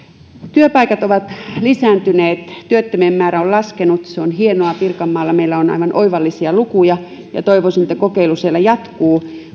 työpaikat ovat lisääntyneet työttömien määrä on laskenut se on hienoa pirkanmaalla meillä on aivan oivallisia lukuja ja toivoisin että kokeilu siellä jatkuu